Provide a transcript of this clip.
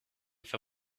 for